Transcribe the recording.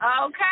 Okay